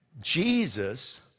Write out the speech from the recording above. Jesus